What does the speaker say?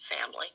family